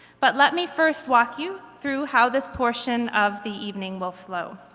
but let me first walk you through how this portion of the evening will flow.